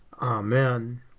Amen